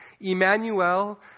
Emmanuel